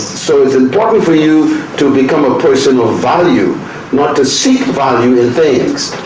so it's important for you to become a person of value not to seek value in things.